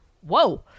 whoa